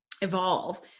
evolve